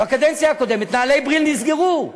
בקדנציה הקודמת נעלי "בריל" נסגרו,